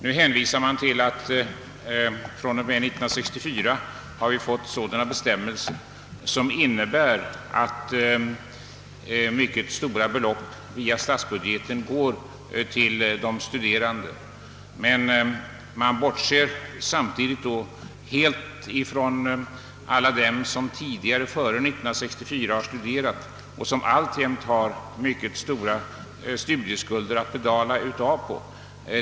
Nu hänvisar man till att vi från och med 1964 har fått bestämmelser som innebär att mycket stora belopp via statsbudgeten går till de studerande. Men samtidigt bortser man då helt ifrån alla dem som tidigare — alltså före 1964 — studerat och som alltjämt har mycket stora studieskulder att avbetala på.